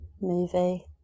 Movie